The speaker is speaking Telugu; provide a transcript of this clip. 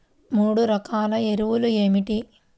మూడు రకాల ఎరువులు ఏమిటి?